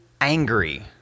angry